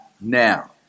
now